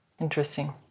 Interesting